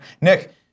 Nick